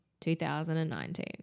2019